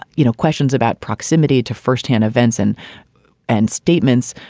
you know, questions about proximity to first-hand events and and statements.